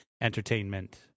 Entertainment